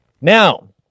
Now